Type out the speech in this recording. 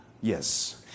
Yes